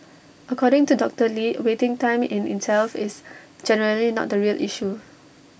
according to doctor lee waiting time in itself is generally not the real issue